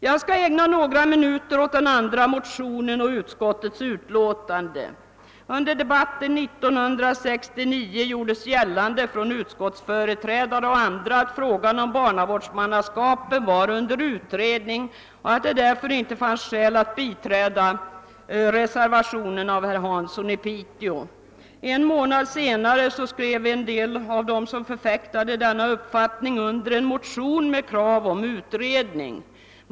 Jag skall ägna några minuter åt den andra motionen och utskottets utlåtande. Under debatten 1969 gjorde utskottets företrädare och andra gällande, att frågan om barnavårdsmannaskapen var under utredning och att det därför inte fanns skäl att biträda reservationen av herr Hansson i Piteå. En månad senare skrev en del av dem som förfäktade denna uppfattning under en motion med krav om utredning.